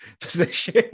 position